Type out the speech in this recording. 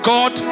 God